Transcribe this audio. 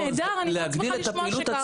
נהדר, אני מאוד שמחה לשמוע שכך.